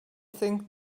think